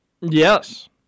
yes